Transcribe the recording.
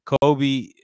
Kobe